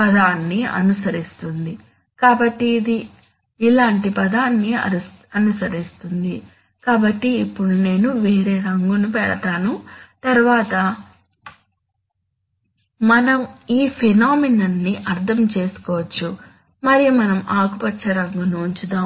పథాన్ని అనుసరిస్తుంది కాబట్టి ఇది ఇలాంటి పథాన్ని అనుసరిస్తుంది కాబట్టి ఇప్పుడు నేను వేరే రంగును పెడతాను తద్వారా మనం ఈ ఫెనోమినన్ ని అర్థం చేసుకోవచ్చు మరియు మనం ఆకుపచ్చ రంగును ఉంచుదాము